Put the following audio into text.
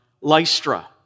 Lystra